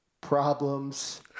problems